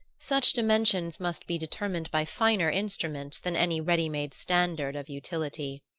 such dimensions must be determined by finer instruments than any ready-made standard of utility.